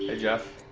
ah geoff.